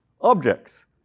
objects